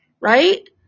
right